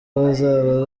abazaba